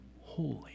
holy